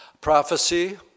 prophecy